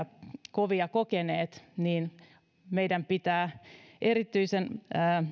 kovia kokeneet joten meidän pitää olla erityisen